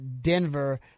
Denver